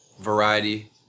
variety